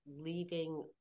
Leaving